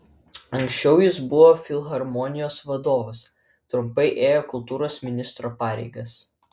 anksčiau jis buvo filharmonijos vadovas trumpai ėjo kultūros ministro pareigas